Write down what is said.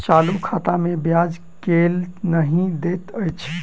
चालू खाता मे ब्याज केल नहि दैत अछि